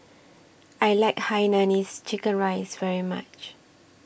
I like Hainanese Chicken Rice very much